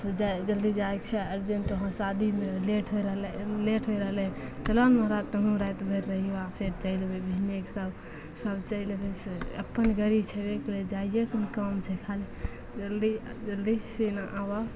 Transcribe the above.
जे जाइ जल्दी जाइके छै अरजेन्ट वहाँ शादीमे लेट होइ रहलै लेट होइ रहलै चलऽ ने उहाँ तोहूँ रातिभरि रहिअऽ आओर फेर चलि बिहानेके साथ सभ चलि अएबै फेर अप्पन गड़ी छेबे करै जाइएके ने काम छै खाली जल्दी जल्दीसे ने आबऽ